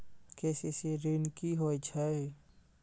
KCC ॠन की होय छै?